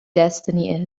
destiny